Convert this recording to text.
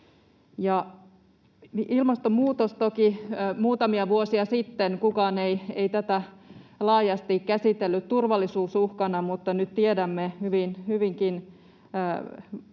ilmastonmuutos — muutamia vuosia sitten kukaan ei tätä laajasti käsitellyt turvallisuusuhkana, mutta nyt tiedämme, että hyvinkin